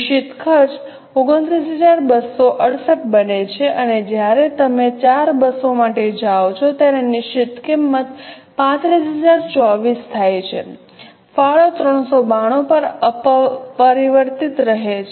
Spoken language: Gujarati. નિશ્ચિત ખર્ચ 29268 બને છે અને જ્યારે તમે 4 બસો માટે જાઓ ત્યારે નિશ્ચિત કિંમત 35024 થાય છે ફાળો 392 પર અપરિવર્તિત રહે છે